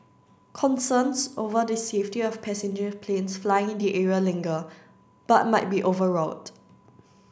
concerns over the safety of passenger planes flying in the area linger but might be overwrought